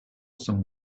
some